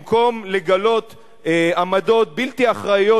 במקום לגלות עמדות בלתי אחראיות,